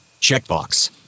Checkbox